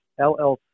LLC